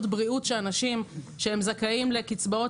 הבריאות שאנשים שהם זכאים לקצבאות